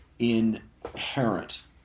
inherent